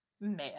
Man